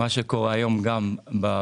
מה שקורה היום גם במשק.